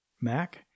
Mac